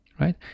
right